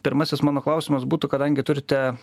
pirmasis mano klausimas būtų kadangi turite